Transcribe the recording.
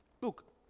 Look